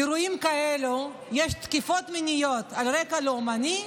אירועים כאלה, יש תקיפות מיניות על רקע לאומני,